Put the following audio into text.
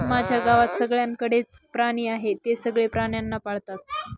माझ्या गावात सगळ्यांकडे च प्राणी आहे, ते सगळे प्राण्यांना पाळतात